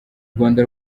rwanda